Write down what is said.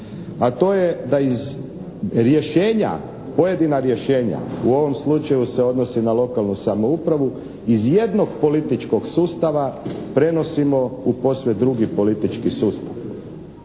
a to je da iz rješenja pojedina rješenja u ovom slučaju se odnosi na lokalnu samoupravu iz jednog političkog sustava prenosimo u posve drugi politički sustav.